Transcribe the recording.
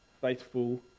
faithful